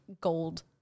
gold